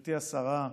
גברתי השרה,